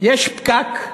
יש פקק,